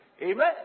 Amen